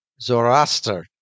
Zoroaster